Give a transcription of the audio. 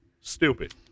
Stupid